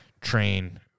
train